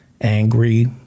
angry